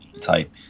Type